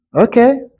Okay